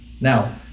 Now